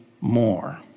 more